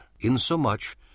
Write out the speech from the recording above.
insomuch